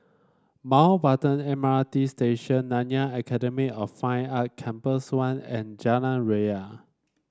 Mountbatten M R T Station Nanyang Academy of Fine Art Campus one and Jalan Ria